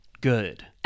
good